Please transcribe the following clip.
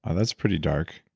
ah that's pretty dark.